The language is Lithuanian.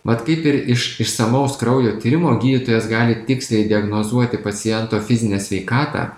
mat kaip ir iš išsamaus kraujo tyrimo gydytojas gali tiksliai diagnozuoti paciento fizinę sveikatą